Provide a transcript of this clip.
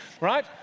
right